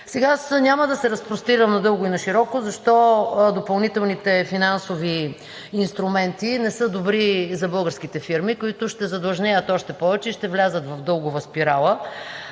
Няма да се разпростирам надълго и нашироко защо допълнителните финансови инструменти не са добри за българските фирми, които ще задлъжнеят още повече и ще влязат в дългова спирала.